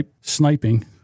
sniping